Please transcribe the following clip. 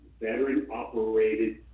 veteran-operated